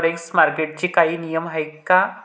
Forex मार्केटचे काही नियम आहेत का?